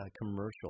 commercial